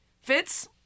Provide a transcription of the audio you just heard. Fitz